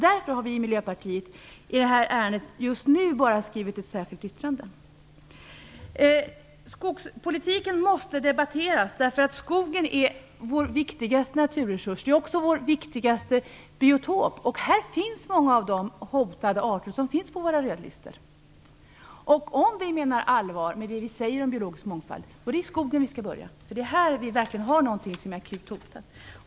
Därför har vi just nu bara skrivit ett särskilt yttrande. Skogspolitiken måste debatteras - skogen är ju vår viktigaste naturresurs. Den är också vår viktigaste biotop. Här finns många av de hotade arterna på våra rödlistor. Om vi politiker menar allvar med det vi säger om biologisk mångfald är det i skogen vi skall börja. Det är där vi verkligen har någonting som är akut hotat.